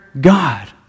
God